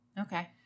Okay